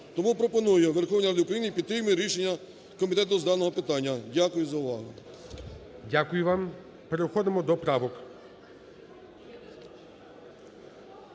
Тому пропоную Верховній Раді України підтримати рішення комітету з даного питання. Дякую за увагу. ГОЛОВУЮЧИЙ. Дякую вам. Переходимо до правок.